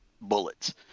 bullets